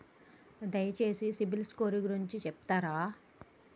దయచేసి సిబిల్ స్కోర్ గురించి చెప్తరా?